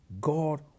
God